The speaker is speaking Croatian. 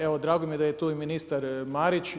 Evo drago mi je da je tu i ministar Marić.